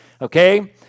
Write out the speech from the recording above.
Okay